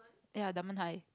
ya dunman-High